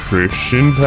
Christian